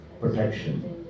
protection